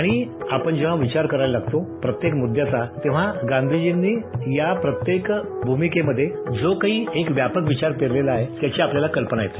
आणि आपण जेव्हा विचार करायला लागतो प्रत्येक मृद्याचा तेव्हा गांधीजींनी या प्रत्येक भूमिकेमधे जो काही एक व्यापक विचार पेरलेला आहे याची आपल्याला कल्पना येते